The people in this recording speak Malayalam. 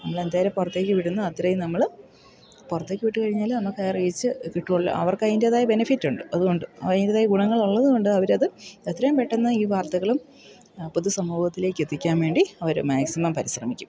നമ്മൾ എന്തേര് പുറത്തേക്ക് വിടുന്നത് അത്രയും നമ്മൾ പുറത്തേക്ക് വിട്ടു കഴിഞ്ഞാൽ നമുക്ക് ആ റീച്ച് കിട്ടുമല്ലോ അവർക്ക് അതിൻ്റേതായ ബെനഫിറ്റുണ്ട് അതുകൊണ്ട് അപ്പോൾ അതിൻ്റേതായ ഗുണങ്ങൾ ഉള്ളതുകൊണ്ട് അവരത് അത്രയും പെട്ടെന്ന് ഈ വാർത്തകളും പൊതു സമൂഹത്തിലേക്കെത്തിക്കാൻ വേണ്ടി അവർ മാക്സിമം പരിശ്രമിക്കും